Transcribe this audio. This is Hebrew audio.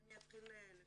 אני אתחיל לפרט.